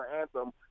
Anthem